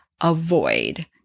avoid